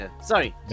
Sorry